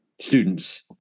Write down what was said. students